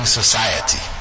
society